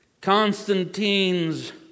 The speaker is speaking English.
Constantine's